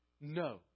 No